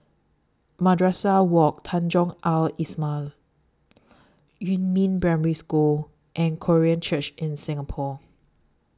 Madrasah Wak Tanjong Al Islamiah Yumin Primary School and Korean Church in Singapore